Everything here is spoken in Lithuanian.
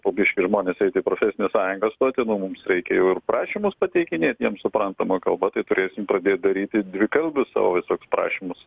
po biškį žmonės eitų į profesines sąjungas stoti nu mums reikia jau ir prašymus pateikinėt jiems suprantama kalba tai turėsim pradėt daryti dvikalbius savo visokius prašymus